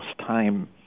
time